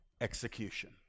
execution